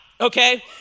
okay